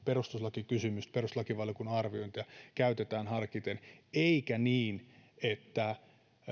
perustuslakikysymystä perustuslakivaliokunnan arviointia käytetään harkiten eikä niin että ryhdyttäisiin